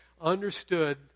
understood